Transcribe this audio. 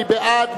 מי בעד?